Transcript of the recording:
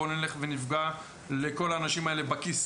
בואו נלך ונפגע לכל האנשים האלה בכיס,